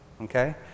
okay